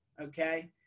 okay